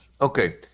okay